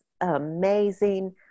amazing